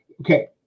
okay